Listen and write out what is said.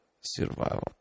survival